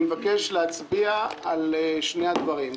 אני מבקש להצביע על שני הדברים,